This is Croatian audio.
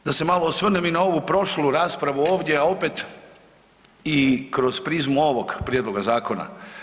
Da se malo osvrnem i na ovu prošlu raspravu ovdje, a opet i kroz prizmu ovog prijedloga zakona.